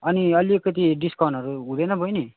अनि अलिकति डिस्काउन्टहरू हुँदैन बहिनी